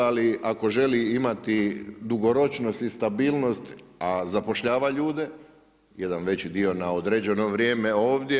Ali ako želi imati dugoročnost i stabilnost, a zapošljava ljude jedan veći dio na određeno vrijeme ovdje.